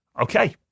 Okay